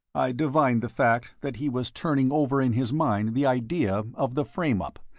i divined the fact that he was turning over in his mind the idea of the frame-up,